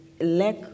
Lack